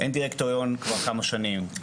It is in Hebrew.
אין דירקטוריון כבר כמה שנים.